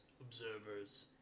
observers